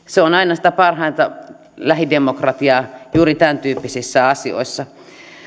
se on aina sitä parhainta lähidemokratiaa juuri tämäntyyppisissä asioissa